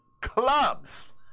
clubs